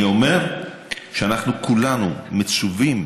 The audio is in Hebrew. אני אומר שכולנו מצווים